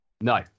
No